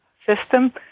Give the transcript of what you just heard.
system